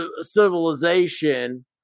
civilization